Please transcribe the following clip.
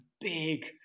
big